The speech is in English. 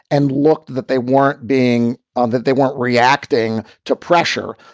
and looked that they weren't being on, that they weren't reacting to pressure.